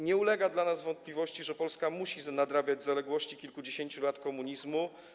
Nie ulega dla nas wątpliwości, że Polska musi nadrabiać zaległości wynikające z kilkudziesięciu lat komunizmu.